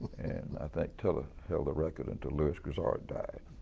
and i think tiller held the record until lewis grizzard died,